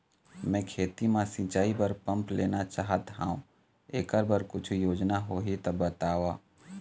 मैं खेती म सिचाई बर पंप लेना चाहत हाव, एकर बर कुछू योजना होही त बताव?